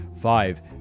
five